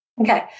Okay